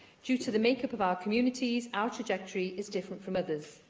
due to the make-up of our communities, our trajectory is different from others.